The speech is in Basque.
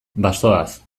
bazoaz